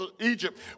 Egypt